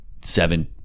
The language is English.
seven